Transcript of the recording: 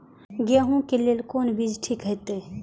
गेहूं के लेल कोन बीज ठीक होते?